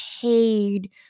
paid